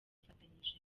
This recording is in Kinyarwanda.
dufatanyije